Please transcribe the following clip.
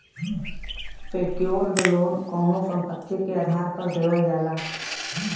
secured loan कउनो संपत्ति के आधार पर देवल जाला